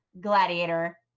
gladiator